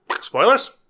Spoilers